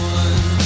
one